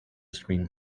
screen